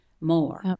more